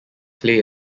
clay